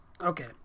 Okay